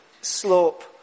slope